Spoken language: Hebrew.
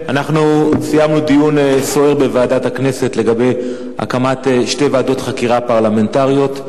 סיימנו דיון סוער בוועדת הכנסת לגבי הקמת שתי ועדות חקירה פרלמנטריות.